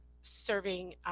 serving